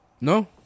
No